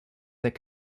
that